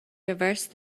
reversed